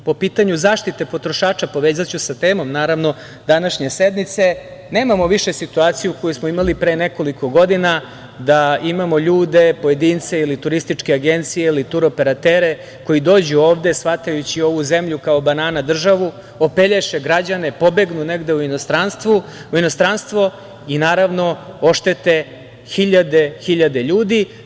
Po pitanju zaštite potrošača, povezaću sa temom, naravno, današnje sednice, nemamo više situaciju koju smo imali pre nekoliko godina da imamo ljude, pojedince ili turističke agencije ili tur-operatere koji dođu ovde, shvatajući ovu zemlju kao banana državu, opelješe građane, pobegnu negde u inostranstvo i, naravno, oštete hiljade, hiljade ljudi.